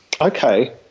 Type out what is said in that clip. Okay